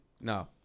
No